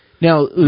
Now